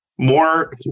more